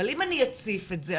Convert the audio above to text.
אבל אם אני אציף את זה,